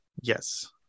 Yes